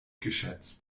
geschätzt